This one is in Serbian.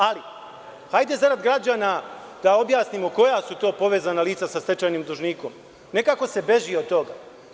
Ali, hajde zarad građana da objasnimo koja su to povezana lica sa stečajnim dužnikom, Nekako se beži od toga.